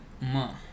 ma